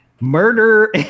Murder